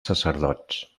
sacerdots